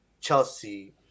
Chelsea